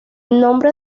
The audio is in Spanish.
nombre